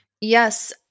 Yes